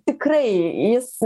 tikrai jis